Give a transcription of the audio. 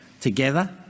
together